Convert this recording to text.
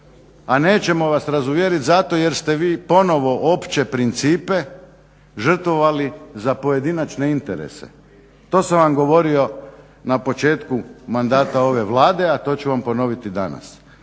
a nećemo vas razuvjeriti zato jer ste vi ponovno opće principe žrtvovali za pojedinačne interese. To sam vam govorio na početku mandata ove Vlade, a to ću vam ponoviti danas.